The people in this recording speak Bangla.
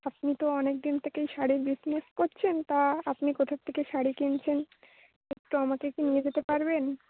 আপনি তো অনেক দিন থেকেই শাড়ির বিজনেস করছেন তা আপনি কোথার থেকে শাড়ি কিনছেন একটু আমাকে কি নিয়ে যেতে পারবেন